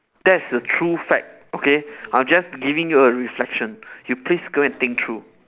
that's the true fact okay I'm just giving you a reflection you please go and think through